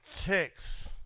text